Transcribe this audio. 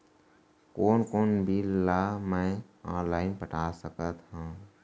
कोन कोन बिल ला मैं ऑनलाइन पटा सकत हव?